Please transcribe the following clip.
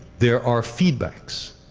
there are feedbacks,